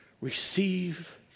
receive